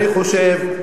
אני חושב,